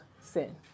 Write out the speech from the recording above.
sin